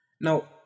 Now